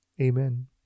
Amen